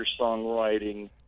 songwriting